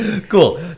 Cool